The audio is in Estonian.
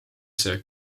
see